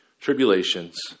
tribulations